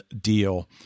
deal